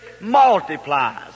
multiplies